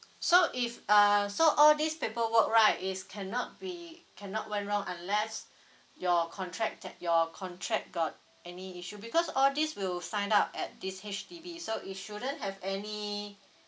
so if uh so all this paperwork right is cannot be cannot went wrong unless your contract that your contract got any issue because all these will sign up at this H_D_B so it shouldn't have any